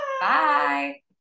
bye